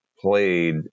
played